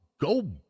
go